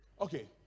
Okay